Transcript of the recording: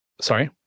Sorry